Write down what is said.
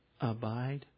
abide